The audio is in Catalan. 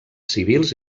civils